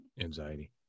anxiety